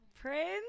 Prince